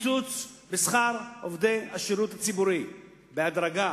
קיצוץ בשכר עובדי השירות הציבורי בהדרגה.